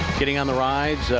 getting on the rides.